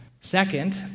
Second